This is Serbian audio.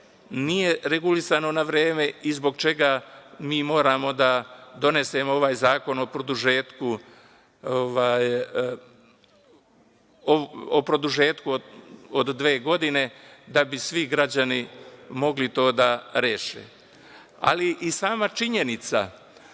nije regulisano na vreme i zbog čega mi moramo da donesemo ovaj zakon o produžetku od dve godine da bi svi građani mogli to da reše. Ali, i sama činjenica